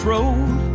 road